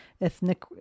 ethnic